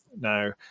Now